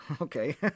Okay